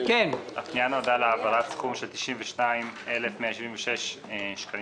הפנייה נועדה להעברת סכום של 92,176,000 שקלים